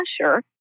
pressure